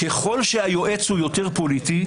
ככל שהיועץ יותר פוליטי,